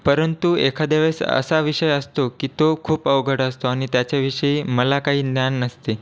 परंतु एखाद्या वेळेस असा विषय असतो की तो खूप अवघड असतो आणि त्याच्याविषयी मला काही ज्ञान नसते